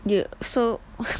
you so